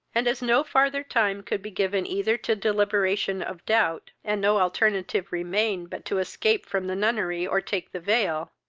and, as no father time could be given either to deliberation of doubt, and no alternative remained but to escape from the nunnery or take the veil,